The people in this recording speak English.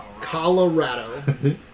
Colorado